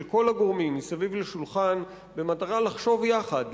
של כל הגורמים מסביב לשולחן במטרה לחשוב יחד,